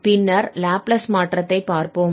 பின்னர் லாப்லாஸ் மாற்றத்தை பார்ப்போம்